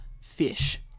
fish